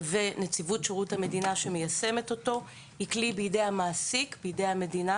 ונציבות שירות המדינה שמיישמת אותו הם כלי בידי המעסיק בידי המדינה